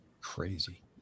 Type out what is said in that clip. Crazy